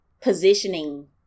positioning